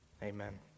Amen